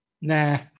Nah